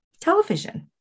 television